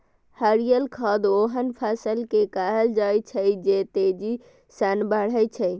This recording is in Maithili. हरियर खाद ओहन फसल कें कहल जाइ छै, जे तेजी सं बढ़ै छै